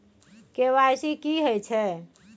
KYC की हय छै?